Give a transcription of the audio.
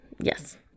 Yes